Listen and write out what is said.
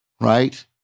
right